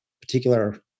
particular